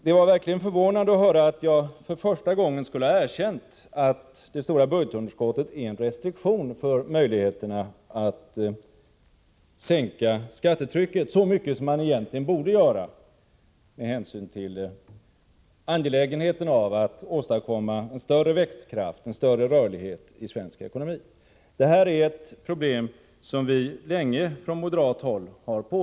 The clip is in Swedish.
Det var verkligen förvånande att höra att jag för första gången skulle ha erkänt att det stora budgetunderskottet innebär en restriktion för möjligheterna att sänka skattetrycket så mycket som man egentligen borde göra med hänsyn till angelägenheten av att åstadkomma en större växtkraft och en större rörlighet i svensk ekonomi. Det här är ett problem som vi länge har påvisat från moderat håll.